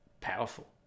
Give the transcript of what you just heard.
powerful